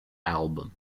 album